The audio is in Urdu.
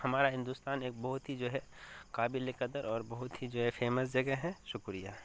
ہمارا ہندوستان ایک بہت ہی جو ہے قابل قدر اور بہت ہی جو ہے فیمس جگہ ہے شکریہ